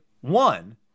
one